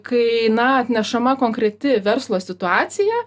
kai na atnešama konkreti verslo situacija